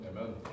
Amen